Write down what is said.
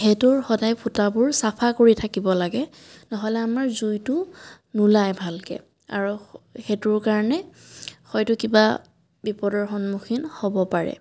সেইটোৰ সদায় ফুটাবোৰ চাফা কৰি থাকিব লাগে নহ'লে আমাৰ জুইটো নোলায় ভালকৈ আৰু সেইটোৰ কাৰণে হয়তো কিবা বিপদৰ সন্মুখীন হ'ব পাৰে